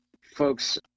folks